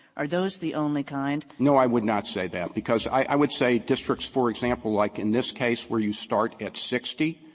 are those the only kind? gornstein no, i would not say that, because i i would say districts, for example, like in this case where you start at sixty,